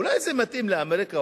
אולי זה מתאים לאמריקה,